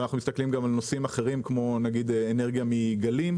אנחנו מסתכלים גם על נושאים אחרים כמו אנרגיה מגלים.